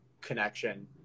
connection